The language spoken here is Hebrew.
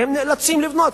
והם נאלצים לבנות,